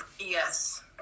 Yes